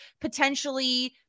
potentially